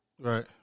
right